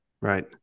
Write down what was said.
Right